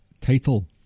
title